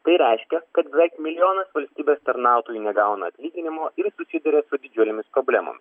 tai reiškia kad beveik milijonas valstybės tarnautojų negauna atlyginimo ir susiduria su didžiulėmis problemom